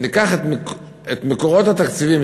את המקורות התקציביים,